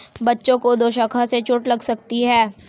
बच्चों को दोशाखा से चोट लग सकती है